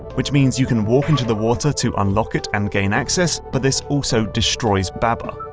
which means you can walk into the water to unlock it and gain access but this also destroys baba.